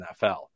NFL